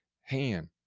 hand